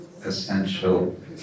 essential